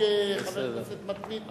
כחבר כנסת מתמיד,